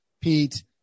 Pete